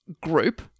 group